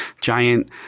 giant